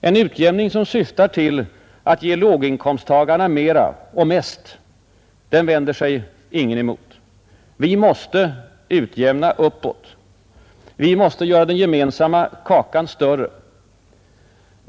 En utjämning som syftar till att ge låginkomsttagarna mera och mest, vänder sig ingen emot. Vi måste utjämna uppåt. Vi måste göra den gemensamma kakan större.